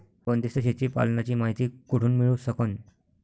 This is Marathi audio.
बंदीस्त शेळी पालनाची मायती कुठून मिळू सकन?